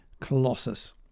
colossus